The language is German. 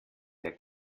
der